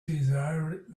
desire